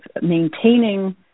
maintaining